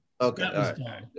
Okay